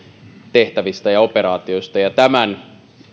tehtävistä ja operaatioista ja tämän